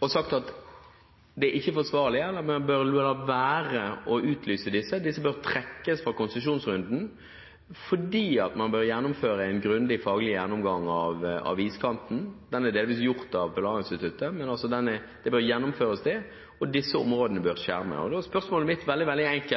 og sagt at man bør la være å utlyse disse. De bør trekkes fra konsesjonsrunden, fordi man bør ha en grundig, faglig gjennomgang av iskanten – den er delvis gjort av Polarinstituttet – og disse områdene bør skjermes. Spørsmålet mitt